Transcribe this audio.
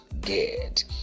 get